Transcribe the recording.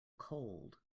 cold